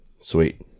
Sweet